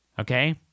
Okay